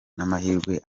n’amahirwe